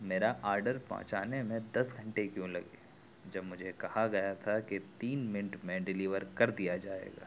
میرا آڈر پہنچانے میں دس گھنٹے کیوں لگے جب مجھے کہا گیا تھا کہ تین منٹ میں ڈلیور کر دیا جائے گا